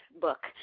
book